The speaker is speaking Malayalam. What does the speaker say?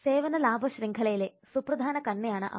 സേവന ലാഭ ശൃംഖലയിലെ സുപ്രധാന കണ്ണിയാണ് അവ